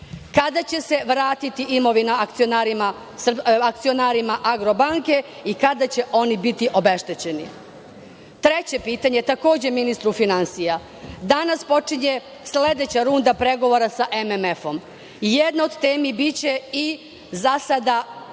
Kada će se vratiti imovina akcionarima Agrobanke i kada će oni biti obeštećeni? Treće pitanje je upućeno takođe ministru finansija. Danas počinje sledeća runda pregovora sa MMF-om i jedna od tema biće i jedina